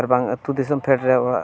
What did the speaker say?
ᱟᱨᱵᱟᱝ ᱟᱛᱩ ᱫᱤᱥᱚᱢ ᱯᱷᱮᱰᱨᱮ ᱚᱲᱟᱜ